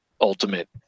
ultimate